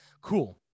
cool